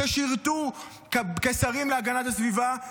ששירתו כשרים להגנת הסביבה.